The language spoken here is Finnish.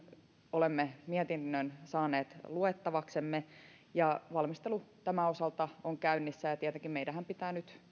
olemme mietinnön saaneet luettavaksemme valmistelu tämän osalta on käynnissä ja tietenkin meidänhän pitää nyt